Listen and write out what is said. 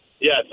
yes